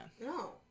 No